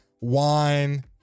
wine